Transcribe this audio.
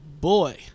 Boy